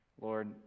Lord